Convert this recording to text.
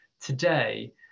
today